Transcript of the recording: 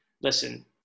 Listen